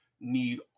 need